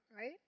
right